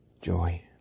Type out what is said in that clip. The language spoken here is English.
joy